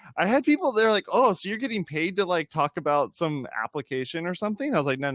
i had people, they're like, oh, so you're getting paid to like talk about some application or something. i was like, and and